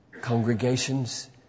congregations